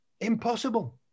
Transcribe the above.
Impossible